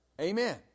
Amen